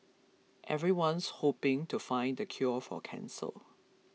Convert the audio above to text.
everyone's hoping to find the cure for cancer